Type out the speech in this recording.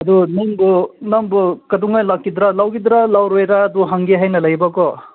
ꯑꯗꯨ ꯅꯪꯕꯨ ꯅꯪꯕꯨ ꯀꯩꯗꯧꯉꯩ ꯂꯥꯛꯀꯗ꯭ꯔꯥ ꯂꯧꯒꯗ꯭ꯔꯥ ꯂꯧꯔꯣꯏꯔ ꯑꯗꯨ ꯍꯪꯒꯦ ꯍꯥꯏꯅ ꯂꯩꯕꯀꯣ